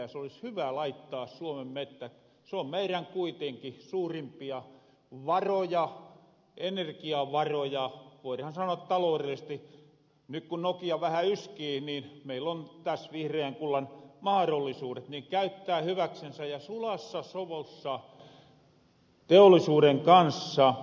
se olis hyvä laittaa suomen mettät se on kuitenkin meirän suurimpia varoja energiavaroja voirahan sanoa talourellisesti nyt kun nokia vähä yskii niin meil on täs vihreän kullan mahrollisuudet käyttää niitä hyväksensä ja sulassa sovussa teollisuuden kanssa